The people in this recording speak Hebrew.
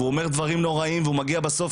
והוא אומר דברים נוראיים והוא מגיע בסוף,